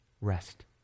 rest